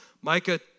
Micah